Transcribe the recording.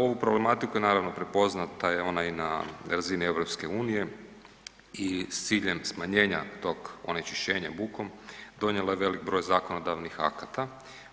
Ova problematika je naravno prepoznata je ona i na razini EU-a i s ciljem smanjenja tog onečišćenja bukom, donijelo je velik broj zakonodavnih akata,